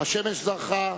השמש זרחה,